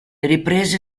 riprese